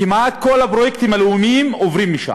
כמעט כל הפרויקטים הלאומיים עוברים שם.